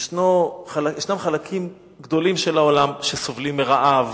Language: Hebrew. יש חלקים גדולים של העולם שסובלים מרעב,